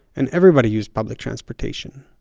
and everybody used public transportation.